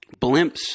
blimps